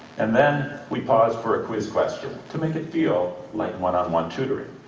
and then we pause for a quiz question to make it feel like one on one tutoring.